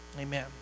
Amen